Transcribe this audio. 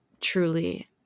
Truly